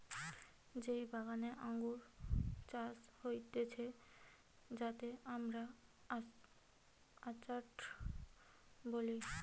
যেই বাগানে আঙ্গুর চাষ হতিছে যাতে আমরা অর্চার্ড বলি